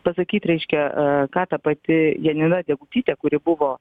pasakyt reiškia ką ta pati janina degutytė kuri buvo